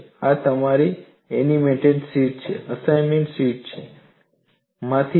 આ તમારી assignment sheet માંથી છે